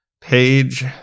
page